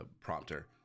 prompter